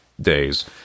days